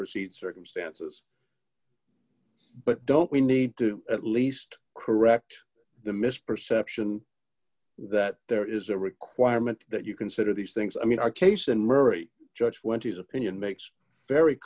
perceived circumstances but don't we need to at least correct the misperception that there is a requirement that you consider these things i mean our case and murray judge when his opinion